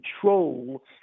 control